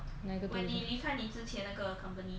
哪一个 reason